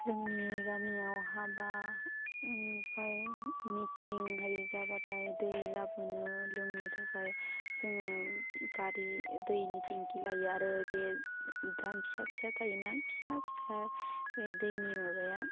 जोंनि गामियाव हाबा ओमफाय मिथिं होरि गाबाथाय दै लाबोनो लोंनो थाखाय जोङो गारि दैनि थिंखि लायो आरो बे द्राम फिसा फिसा थायो ना फिसा फिसा बे दैनि माबाया